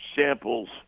samples